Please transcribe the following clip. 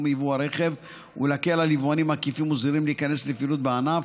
יבוא הרכב ולהקל על יבואנים עקיפים וזעירים להיכנס לפעילות בענף,